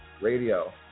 Radio